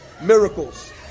miracles